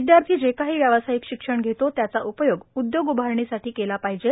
विद्यार्थी जे काही व्यावसायिक शिक्षण घेतो त्याचा उपयोग उद्योग उभारण्यासाठी केला पाहिजे